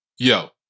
Yo